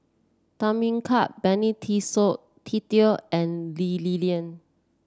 Tham Yui Kai Benny Se Teo and Lee Li Lian